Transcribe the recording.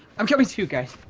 i'm coming too, guys.